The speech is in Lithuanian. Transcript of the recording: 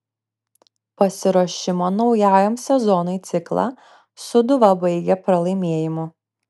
pasiruošimo naujajam sezonui ciklą sūduva baigė pralaimėjimu